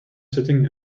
sitting